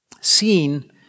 seen